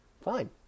Fine